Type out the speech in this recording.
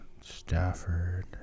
Stafford